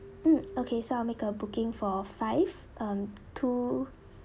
mm okay so I'll make a booking for five um two